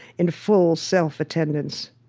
in full self-attendance.